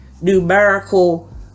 numerical